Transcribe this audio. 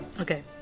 Okay